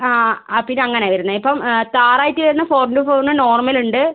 ആ ആ പിന്നെ അങ്ങനെ വരുന്നത് ഇപ്പം താർ ആയിട്ട് വരുന്നത് ഫോർ ഇൻടു ഫോർ ഉണ്ട് നോർമൽ ഉണ്ട്